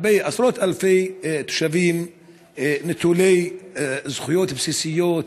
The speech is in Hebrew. עשרות אלפי תושבים נטולי זכויות בסיסיות,